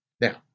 Now